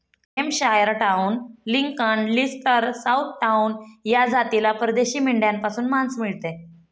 Hampshire town, Lincoln, Leicester, south town या जातीला परदेशी मेंढ्यांपासून मांस मिळते